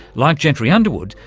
like gentry underwood,